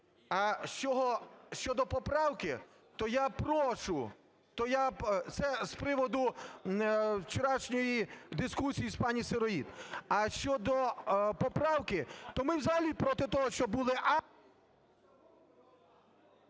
А щодо поправки, то я прошу… Це з приводу вчорашньої дискусії з пані Сироїд. А щодо поправки, то ми взагалі проти того, щоб були…